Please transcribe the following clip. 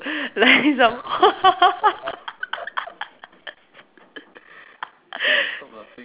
like some